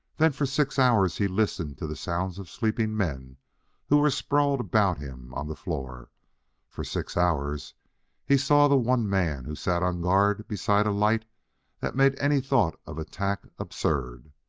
then for six hours he listened to the sounds of sleeping men who were sprawled about him on the floor for six hours he saw the one man who sat on guard beside a light that made any thought of attack absurd.